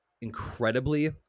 incredibly